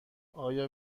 آیا